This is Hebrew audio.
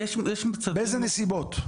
באיזה נסיבות?